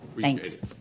thanks